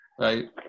right